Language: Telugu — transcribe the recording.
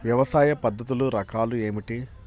వ్యవసాయ పద్ధతులు రకాలు ఏమిటి?